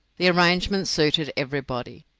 the arrangement suited everybody.